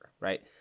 right